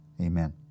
Amen